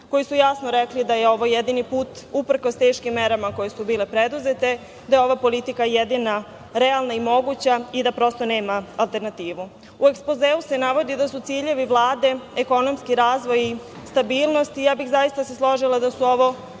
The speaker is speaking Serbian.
koji su jasno rekli da je ovo jedini put, uprkos teškim merama koje su bile preduzete, da je ova politika jedina realna i moguća i da, prosto, nema alternativu.U ekspozeu se navodi da su ciljevi Vlade ekonomski razvoj i stabilnost, i zaista bih se složila da su ovo